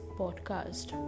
podcast